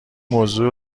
موضوع